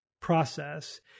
process